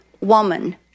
woman